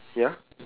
ya